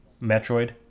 Metroid